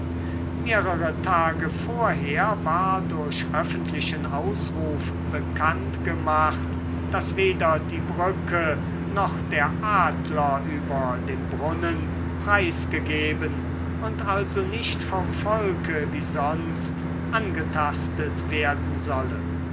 mehrere tage vorher war durch öffentlichen ausruf bekannt gemacht daß weder die brücke noch der adler über dem brunnen preisgegeben und also nicht vom volke wie sonst angetastet werden solle